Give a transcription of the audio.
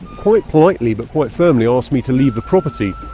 quite politely but quite firmly, asked me to leave the property.